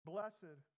Blessed